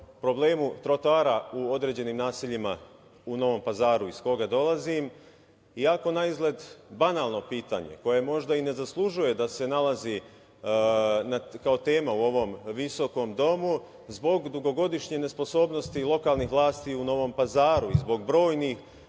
problemu trotoara u određenim naseljima u Novom Pazaru, iz koga dolazim. Iako naizgled banalno pitanje, koje možda i ne zaslužuje da se nalazi kao tema u ovom visokom domu, zbog dugogodišnje nesposobnosti lokalnih vlasti u Novom Pazaru i zbog brojnih